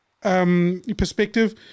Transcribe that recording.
perspective